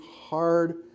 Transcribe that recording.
hard